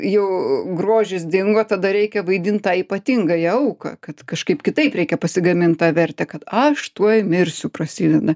jau grožis dingo tada reikia vaidint tą ypatingąją auką kad kažkaip kitaip reikia pasigamint tą vertę kad aš tuoj mirsiu prasideda